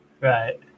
right